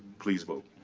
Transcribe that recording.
please vote.